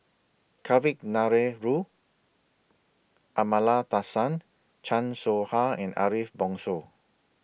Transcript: Kavignareru Amallathasan Chan Soh Ha and Ariff Bongso